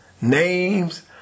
names